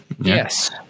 Yes